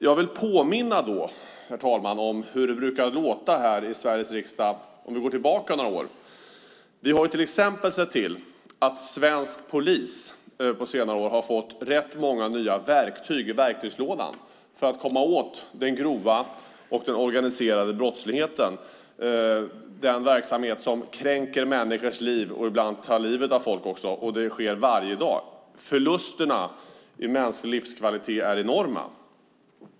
Jag vill, herr talman, påminna om hur det brukade låta här i Sveriges riksdag för några år sedan. Vi har till exempel sett till att svensk polis på senare år har fått rätt många nya verktyg i verktygslådan för att komma åt den grova och den organiserade brottsligheten, den verksamhet som kränker människors liv och ibland tar livet av folk. Det sker varje dag. Förlusterna i mänsklig livskvalitet är enorma.